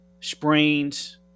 sprains